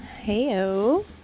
Heyo